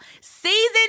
season